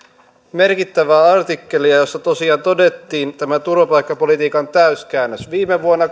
merkittävää artikkelia jossa tosiaan todettiin tämä turvapaikkapolitiikan täyskäännös viime vuonna